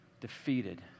defeated